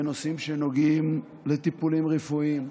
בנושאים שנוגעים לטיפולים רפואיים,